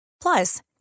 Plus